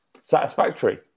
satisfactory